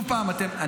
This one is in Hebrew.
לא ניתן?